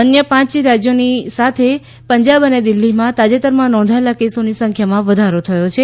અન્ય પાંચ રાજ્યોની સાથે પંજાબ અને દિલ્હીમાં તાજેતરમાં નોંધાયે લા કેસોની સંખ્યામાં વધારો થયો છે